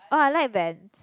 oh I like Vans